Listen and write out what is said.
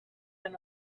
than